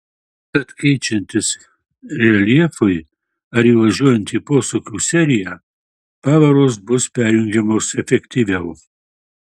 tad keičiantis reljefui ar įvažiuojant į posūkių seriją pavaros bus perjungiamos efektyviau